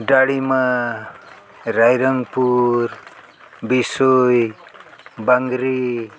ᱰᱟᱲᱤᱢᱟ ᱨᱟᱭᱨᱝᱯᱩᱨ ᱵᱤᱥᱚᱭ ᱵᱟᱝᱨᱤ